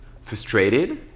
frustrated